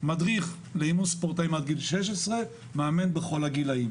מדריך לאימון ספורטאים עד גיל 16 ומאמן לכל הגילאים.